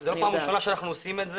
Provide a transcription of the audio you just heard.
זו לא פעם ראשונה שאנחנו עושים את זה